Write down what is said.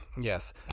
Yes